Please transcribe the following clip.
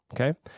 Okay